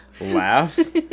Laugh